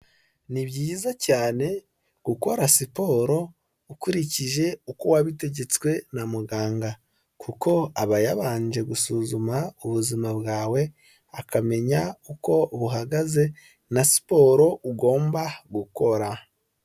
Ni byiza cyane gukora siporo ukurikije uko wabitegetswe na muganga, kuko aba yabanje gusuzuma ubuzima bwawe akamenya uko buhagaze na siporo ugomba gukora.